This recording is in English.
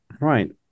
right